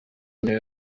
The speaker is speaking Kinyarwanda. niwe